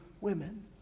women